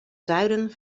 zuiden